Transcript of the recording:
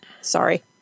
Sorry